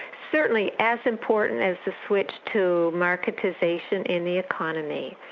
certainly as important as the switch to marketisation in the economy,